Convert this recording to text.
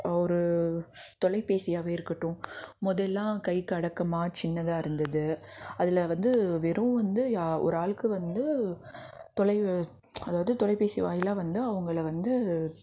ஒரு தொலைபேசியாகவே இருக்கட்டும் முதலாம் கைக்கும் அடக்கமாக சின்னதாக இருந்தது அதில் வந்து வெறும் வந்து ஆ ஒரு ஆளுக்கு வந்து தொலைவு அதாவது தொலைபேசி வாயிலாக வந்து அவங்கள வந்து